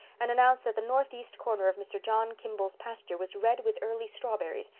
and announced that the northeast corner of mr. john kimball's pasture was red with early strawberries,